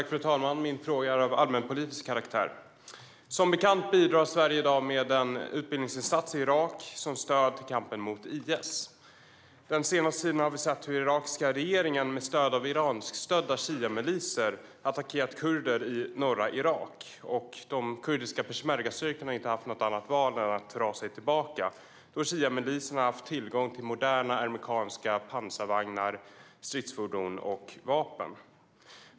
Fru talman! Min fråga är av allmänpolitisk karaktär. Som bekant bidrar Sverige i dag med en utbildningsinsats i Irak som stöd i kampen mot IS. Under den senaste tiden har vi sett hur irakiska regeringen med stöd av iranskstödda shiamiliser har attackerat kurder i norra Irak. De kurdiska peshmergastyrkorna har inte haft något annat val än att dra sig tillbaka då shiamiliserna har haft tillgång till moderna amerikanska pansarvagnar, stridsfordon och vapen.